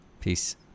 Peace